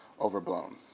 overblown